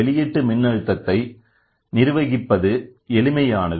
வெளியீட்டு மின்னழுத்தத்தை நிர்வகிப்பது எளிமையானது